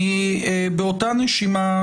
באותה נשימה,